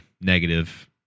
negative